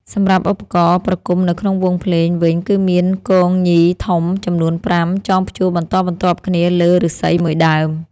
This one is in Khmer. សម្រាប់ឧបករណ៍ប្រគំនៅក្នុងវង់ភ្លេងវិញគឺមានគងញីធំចំនួន៥ ចងព្យួរបន្ដបន្ទាប់គ្នាលើឫស្សីមួយដើម។